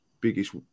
biggest